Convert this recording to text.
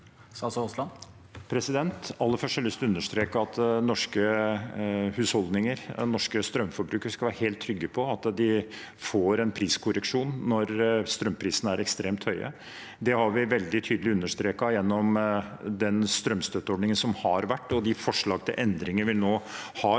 Aller først har jeg lyst til å understreke at norske husholdninger, norske strømforbrukere, skal være helt trygge på at de får en priskorreksjon når strømprisene er ekstremt høye. Det har vi veldig tydelig understreket gjennom den strømstøtteordningen som har vært, og de forslag til endringer vi nå har